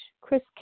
Chris